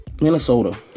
Minnesota